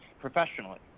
professionally